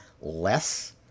less